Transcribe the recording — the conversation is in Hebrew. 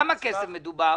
בכמה כסף מדובר